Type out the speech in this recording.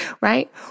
Right